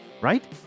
right